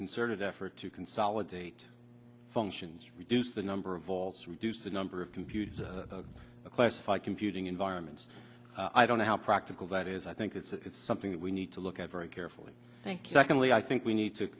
concerted effort to consolidate functions reduce the number of balls reduce the number of computers a classified computing environments i don't know how practical that is i think it's something that we need to look at very carefully thank you secondly i think we need to